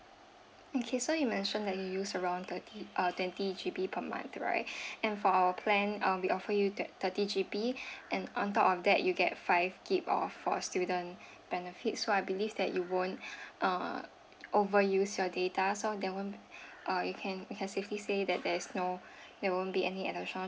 okay so you mentioned that you use around thirty err twenty G_B per month right and for our plan uh we offer you that thirty G_B and on top of that you get five G_B off for student benefits so I believe that you won't uh overuse your data so there won't uh you can you can safely say that there is no there won't be any additional